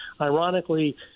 ironically